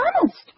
honest